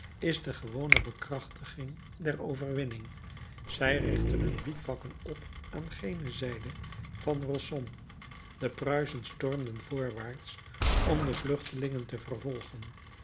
is de gewone bekrachtiging der overwinning zij richtten hun bivouakken op aan gene zijde van rossomme de pruisen stormden voorwaarts om de vluchtelingen te vervolgen